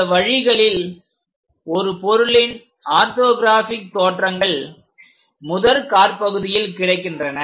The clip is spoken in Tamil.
இந்த வழிகளில் ஒரு பொருளின் ஆர்தொகிராஃபிக் தோற்றங்கள் முதல் காற்பகுதியில் கிடைக்கின்றன